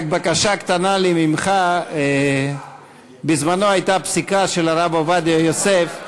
רק בקשה קטנה לי ממך: בזמנו הייתה פסיקה של הרב עובדיה יוסף,